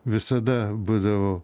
visada būdavau